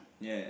ya